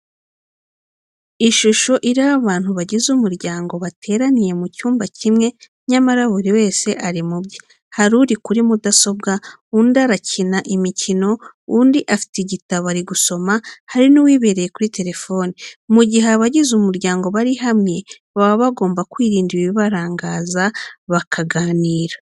Ishusho iriho abantu bagize umuryango bateraniye mu cyumba kimwe nyamara buri wese ari mu bye, hari uri kuri mudasobwa, undi arakina imikino, undi afite igitabo ari gusoma, hari n'uwibereye kuri telefoni. Mu gihe abagize umuryango bari hamwe baba bagomba kwirinda ibibarangaza bakaganira.